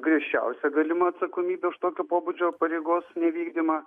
griežčiausia galima atsakomybė už tokio pobūdžio pareigos nevykdymą